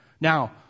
Now